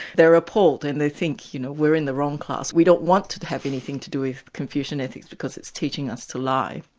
they're appalled, and they think you know we're in the wrong class we don't want to to have anything to do with confucian ethics because it's teaching us to lie.